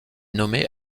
nommé